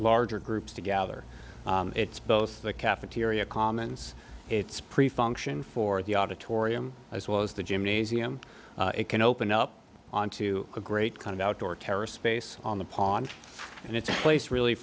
larger groups to gather it's both the cafeteria commons it's pretty function for the auditorium as well as the gymnasium it can open up on to a great kind of outdoor terrorist space on the pond and it's a place really